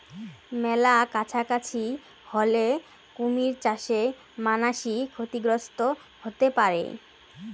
মেলা কাছাকাছি হলে কুমির চাষে মানাসি ক্ষতিগ্রস্ত হতে পারে